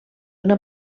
una